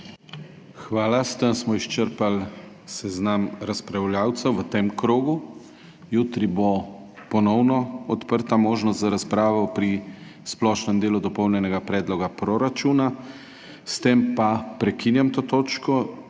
Hvala. S tem smo izčrpali seznam razpravljavcev v tem krogu. Jutri bo ponovno odprta možnost za razpravo pri splošnem delu Dopolnjenega predloga proračuna. S tem prekinjam to točko